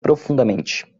profundamente